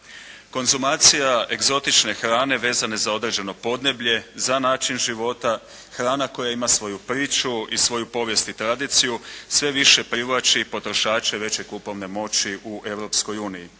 Konzumacija egzotične hrane vezane za određeno podneblje, za način života, hrana koja ima svoju priču i svoju povijest i tradiciju sve više privlači i potrošače veće kupovne moći u